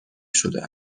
شده